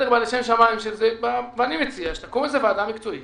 אני מציע, שתקום איזה ועדה מקצועית